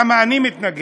למה אני מתנגד: